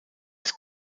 ist